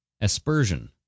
Aspersion